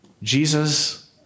Jesus